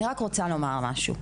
אני רק רוצה לומר משהו.